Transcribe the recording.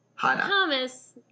Thomas